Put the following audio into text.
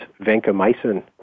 vancomycin